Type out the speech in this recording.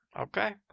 Okay